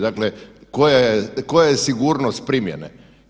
Dakle, koja je sigurnost primjene?